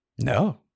No